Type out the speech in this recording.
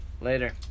later